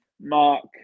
Mark